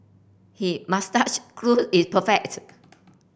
he moustache clue is perfect